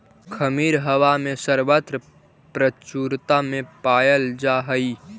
खमीर हवा में सर्वत्र प्रचुरता में पायल जा हई